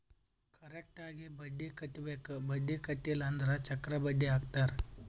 correct ಆಗಿ ಬಡ್ಡಿ ಕಟ್ಟಬೇಕ್ ಬಡ್ಡಿ ಕಟ್ಟಿಲ್ಲ ಅಂದುರ್ ಚಕ್ರ ಬಡ್ಡಿ ಹಾಕ್ತಾರ್